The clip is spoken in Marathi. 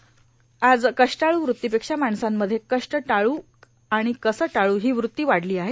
आज कष्टाळू व्रत्तीपेक्षा माणसांमध्ये कष्ट टाळू आणि कसं टाळू ही व्रत्ती वाढली आहे